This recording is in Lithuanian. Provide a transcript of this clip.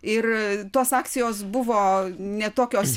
ir tos akcijos buvo ne tokios